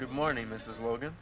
good morning mrs logan